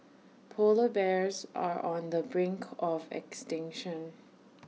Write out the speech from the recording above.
Polar Bears are on the brink of extinction